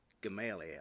Gamaliel